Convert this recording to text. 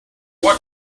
what